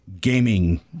gaming